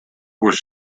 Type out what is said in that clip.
were